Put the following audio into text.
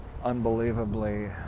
unbelievably